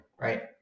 right